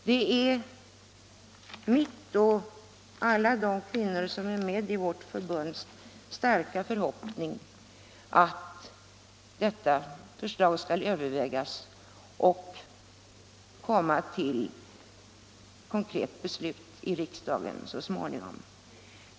Det är min och alla de kvinnors, som är med i vårt förbund, starka förhoppning att detta förslag skall övervägas och leda till konkret beslut i riksdagen så småningom.